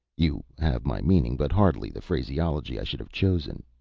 you have my meaning, but hardly the phraseology i should have chosen,